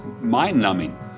mind-numbing